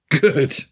Good